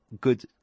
good